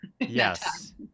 Yes